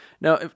Now